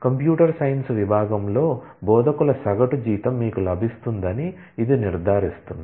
computer science విభాగంలో బోధకుల సగటు జీతం మీకు లభిస్తుందని ఇది నిర్ధారిస్తుంది